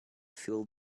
fill